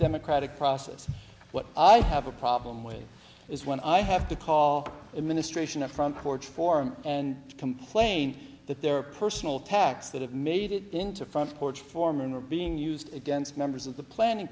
democratic process but i have a problem with is when i have to call it ministration a front porch form and complain that there are personal attacks that have made it into front porch form and are being used against members of the planning